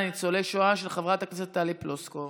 בנושא: